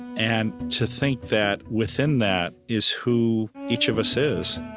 and to think that within that is who each of us is